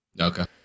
Okay